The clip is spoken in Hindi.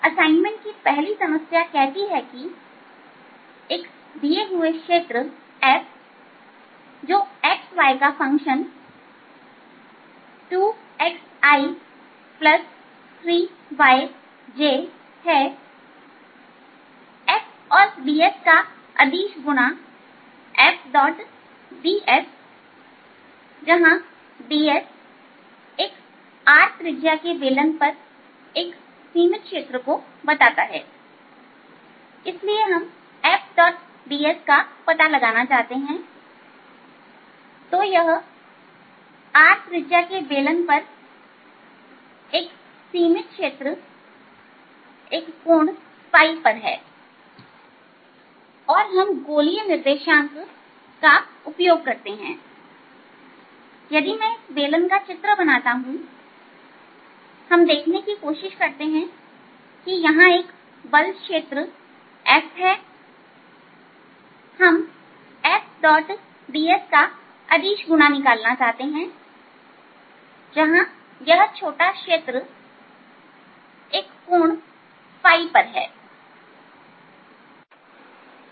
असाइनमेंट की पहली समस्या कहती है कि एक दिए हुए क्षेत्र F जो x y का फंक्शन 2xi3yj है F और ds का अदिश गुणा FdS जहां ds एक R त्रिज्या के बेलन पर एक सीमित क्षेत्र को बताता है इसलिए हम Fds का पता लगाना चाहते हैं तो यह R त्रिज्या के बेलन पर एक कोण पर एक सीमित क्षेत्र है और हम गोलीय निर्देशांक का उपयोग करते हैं यदि मैं इस बेलन का एक चित्र बनाता हूं हम देखने की कोशिश करते हैं कि यहां एक बल क्षेत्र F है और हम Fds का अदिश गुणा निकालना चाहते हैं जहां यह छोटा क्षेत्र एक कोण पर है